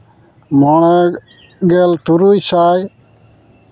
ᱢᱚᱬᱮᱜᱮᱞ ᱛᱩᱨᱩᱭ ᱥᱟᱭ